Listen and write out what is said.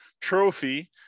trophy